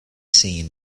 seen